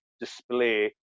display